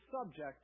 subject